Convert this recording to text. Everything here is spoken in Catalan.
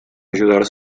ajudar